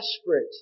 desperate